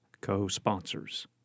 co-sponsors